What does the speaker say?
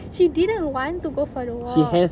she didn't want to go for the war